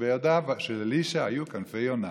ובידיו של אלישע היו כנפי יונה